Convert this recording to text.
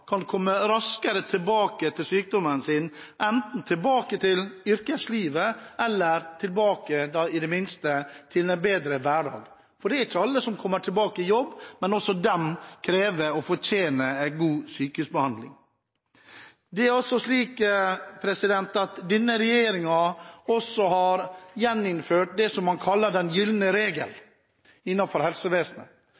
kan komme raskere tilbake etter sykdommen sin, enten tilbake til yrkeslivet eller i det minste tilbake til en bedre hverdag, for det er ikke alle som kommer tilbake i jobb, men også de krever og fortjener en god sykehusbehandling. Det er altså slik at denne regjeringen også har gjeninnført det som man kaller den gylne regel